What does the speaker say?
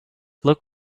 look